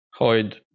Hoid